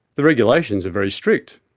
the regulations are very strict.